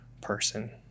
person